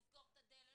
לסגור את הדלת.